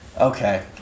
Okay